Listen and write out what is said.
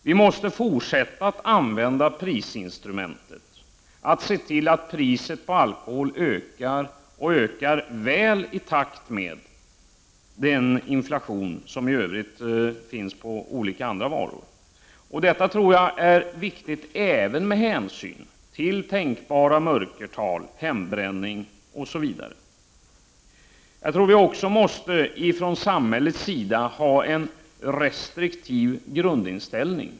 Vi måste fortsätta att använda prisinstrumentet, se till att priset på alkohol ökar — och väl i takt med inflationen på andra varor. Detta är viktigt även med hänsyn till tänkbara mörkertal — hembränning osv. Jag tror att vi också från samhällets sida måste ha en restriktiv grundinställning.